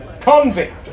convict